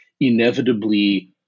inevitably